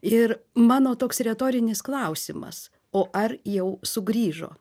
ir mano toks retorinis klausimas o ar jau sugrįžo